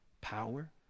power